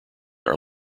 are